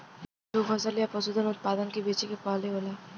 जो फसल या पसूधन उतपादन के बेचे के पहले होला